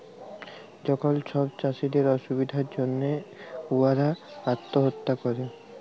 যখল ছব চাষীদের অসুবিধার জ্যনহে উয়ারা আত্যহত্যা ক্যরে